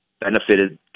benefited